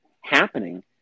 happening